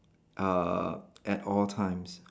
uh at all times